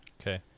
Okay